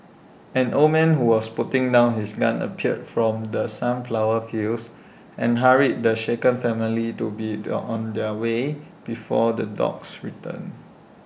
an old man who was putting down his gun appeared from the sunflower fields and hurried the shaken family to be the on their way before the dogs return